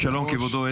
שלום, כבודו.